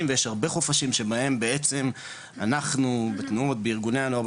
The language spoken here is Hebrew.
ויש הרבה חופשים שבהם בעצם אנחנו בתנועות בארגוני הנוער,